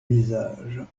visages